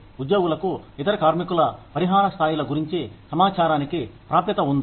ఉద్యోగులకు ఇతర కార్మికుల పరిహార స్థాయిల గురించి సమాచారానికి ప్రాప్యత ఉందా